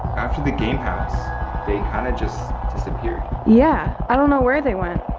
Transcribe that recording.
after the game house they kind of just disappeared. yeah, i don't know where they went.